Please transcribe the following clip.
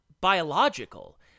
biological